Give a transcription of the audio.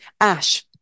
Ash